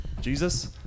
Jesus